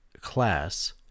class